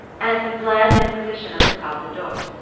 and the bland inquisition of the table-d'hote